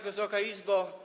Wysoka Izbo!